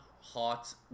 hot